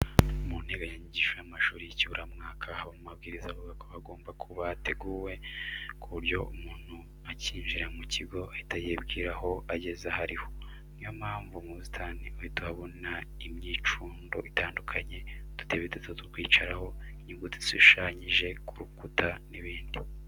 Mu nteganyanyigisho y'amashuri y'ikiburamwaka, habamo amabwiriza avuga ko hagomba kuba hateguye ku buryo umuntu ukinjira mu kigo ahita yibwira aho ageze aho ari ho, ni yo mpamvu mu busitani uhita uhabona imyicundo itandukanye, udutebe duto two kwicaraho, inyuguti zishushanyije ku rukuta n'ibindi.